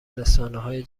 رسانههای